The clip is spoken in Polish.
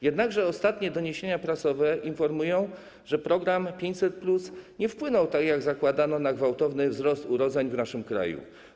Jednakże ostatnie doniesienia prasowe informują, że program 500+ nie wpłynął, tak jak zakładano, na gwałtowny wzrost urodzeń w naszym kraju.